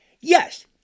yes